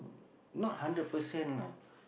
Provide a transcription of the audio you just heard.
not hundred percent lah